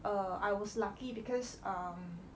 err I was lucky because um